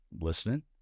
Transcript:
listening